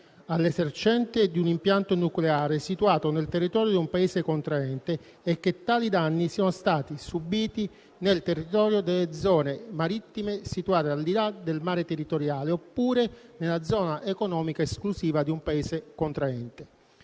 all'esercente di un impianto nucleare situato nel territorio di un Paese contraente e che tali danni siano stati subiti nel territorio delle zone marittime situate al di là del mare territoriale, oppure nella zona economica esclusiva di un Paese contraente.